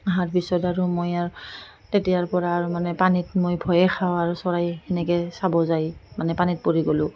অহাৰ পিছত আৰু মই আৰু তেতিয়াৰপৰা আৰু মানে পানীত মই ভয়ে খাওঁ আৰু চৰাই সেনেকৈ চাব যায় মানে পানীত পৰি গ'লোঁ